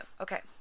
Okay